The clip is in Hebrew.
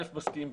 א', מסכים.